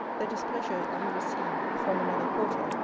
the displeasure you receive from another quarter,